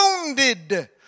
wounded